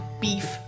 beef